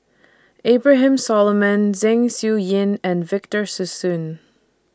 Abraham Solomon Zeng Shouyin and Victor Sassoon